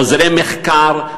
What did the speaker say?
עוזרי מחקר,